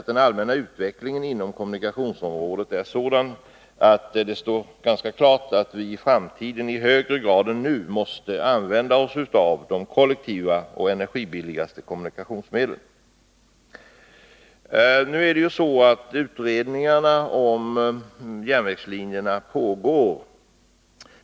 Den allmänna utvecklingen inom kommunikationsområdet är ju dessutom sådan att det står ganska klart att vi i framtiden i högre grad än nu måste använda de kollektiva och energibilligaste kommunikationsmedlen. Utredningarna om järnvägslinjerna pågår f. n.